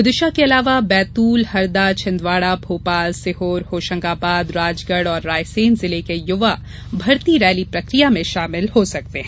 विदिशा के अलावा बैतूल हरदा छिंदवाडा भोपाल सीहोर होशंगाबाद राजगढ और रायसेन जिले के युवा भर्ती रैली प्रक्रिया में शामिल होंगे